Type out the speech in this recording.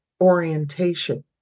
orientation